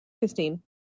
Christine